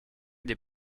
des